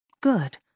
Good